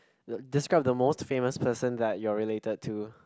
the describe the most famous person that you are related to